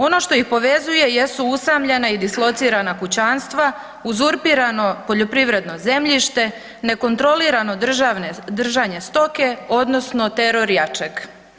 Ono što ih povezuju jesu usamljena i dislocirana kućanstva, uzurpirano poljoprivredno zemljište, nekontrolirano držanje stoke odnosno teror jačeg.